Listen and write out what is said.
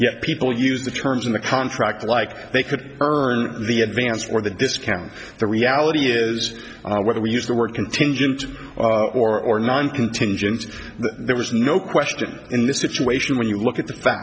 yet people use the terms in the contract like they could earn the advance or the discount the reality is whether we use the word contingent or non contingent there was no question in this situation when you look at the fact